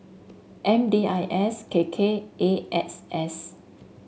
M D I S K K and A X S